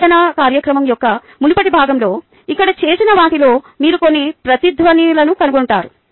మీ బోధనా కార్యక్రమం యొక్క మునుపటి భాగంలో ఇక్కడ చేసిన వాటిలో మీరు కొన్ని ప్రతిధ్వనిలను కనుగొంటారు